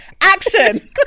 action